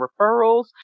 referrals